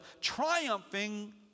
triumphing